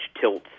tilts